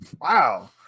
wow